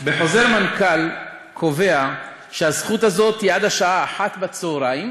המנכ"ל קובע שהזכות הזאת היא עד השעה 13:00